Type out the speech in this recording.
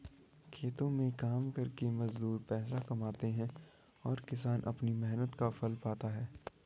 खेतों में काम करके मजदूर पैसे कमाते हैं और किसान अपनी मेहनत का फल पाता है